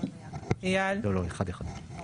אחד אחד.